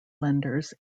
lenders